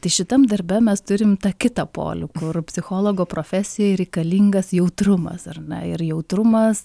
tai šitam darbe mes turim tą kitą polių kur psichologo profesijai reikalingas jautrumas ar na ir jautrumas